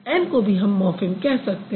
ऐन को भी हम मॉर्फ़िम कह सकते हैं